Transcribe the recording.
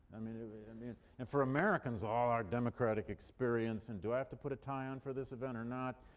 i mean i mean and for americans, all our democratic experience and do i have to put a tie on for this event or not?